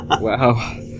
Wow